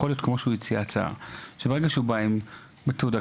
ברגע שבאים עם תעודה,